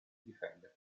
difendere